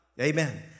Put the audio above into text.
Amen